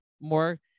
more